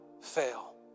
fail